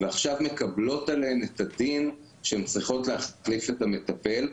ועכשיו מקבלות עליהן את הדין שהן צריכות להחליף את המטפל,